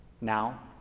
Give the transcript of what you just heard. Now